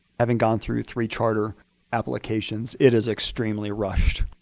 having gone through three charter applications, it is extremely rushed.